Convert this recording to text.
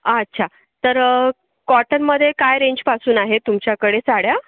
अच्छा तर कॉटनमध्ये काय रेंज पासून आहे तुमच्याकडे साड्या